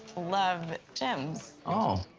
love gyms. oh.